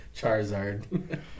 Charizard